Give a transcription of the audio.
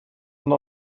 hand